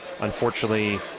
unfortunately